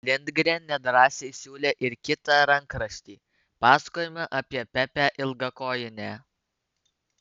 lindgren nedrąsiai siūlė ir kitą rankraštį pasakojimą apie pepę ilgakojinę